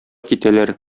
китәләр